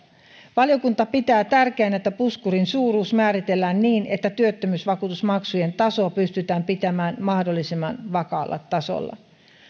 valiokunta pitää tärkeänä että puskurin suuruus määritellään niin että työttömyysvakuutusmaksujen taso pystytään pitämään mahdollisimman vakaalla tasolla